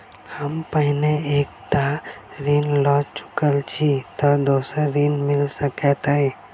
हम पहिने एक टा ऋण लअ चुकल छी तऽ दोसर ऋण मिल सकैत अई?